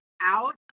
out